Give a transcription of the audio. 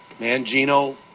Mangino